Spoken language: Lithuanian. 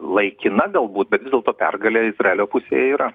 laikina galbūt bet vis dėlto pergalė izraelio pusėje yra